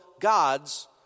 God's